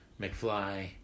McFly